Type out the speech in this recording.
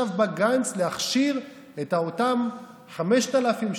עכשיו בגרייס להכשיר את אותם 5,000,